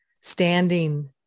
standing